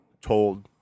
told